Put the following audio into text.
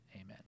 Amen